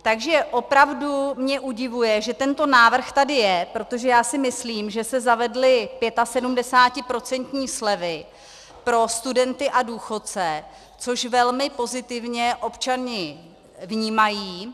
Takže opravdu mě udivuje, že tento návrh tady je, protože si myslím, že se zavedly 75procentní slevy pro studenty a důchodce, což velmi pozitivně občané vnímají.